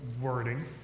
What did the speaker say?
wording